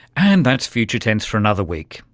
and that's future tense for another week.